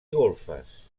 golfes